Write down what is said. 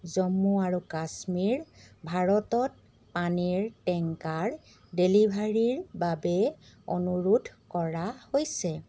জম্মু আৰু কাশ্মীৰ ভাৰতত পানীৰ টেংকাৰ ডেলিভাৰীৰ বাবে অনুৰোধ কৰা হৈছে